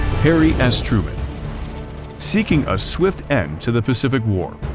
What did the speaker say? harry s truman seeking a swift end to the pacific war,